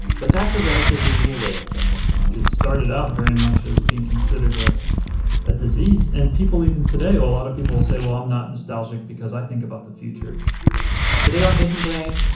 but that's a relatively new way of thinking it started out very much as being considered ah a disease. and people even today, a lot of people will say, well, i'm not nostalgic because i think about the future today on hidden brain,